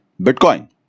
Bitcoin